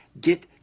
get